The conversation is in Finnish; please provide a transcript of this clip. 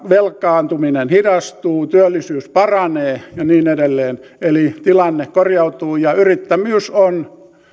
velkaantuminen hidastuu työllisyys paranee ja niin edelleen eli tilanne korjaantuu ja yrittäjyys on